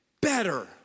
better